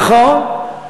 נכון,